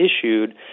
issued